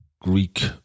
Greek